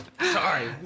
Sorry